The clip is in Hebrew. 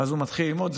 אז הוא מתחיל ללמוד,